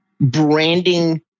branding